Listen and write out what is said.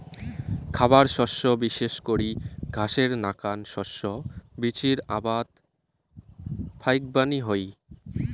খাবার শস্য বিশেষ করি ঘাসের নাকান শস্য বীচির আবাদ ফাইকবানী হই